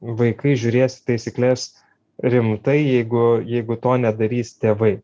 vaikai žiūrės į taisykles rimtai jeigu jeigu to nedarys tėvai